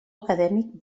acadèmic